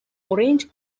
orange